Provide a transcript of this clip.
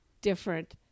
different